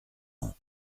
ans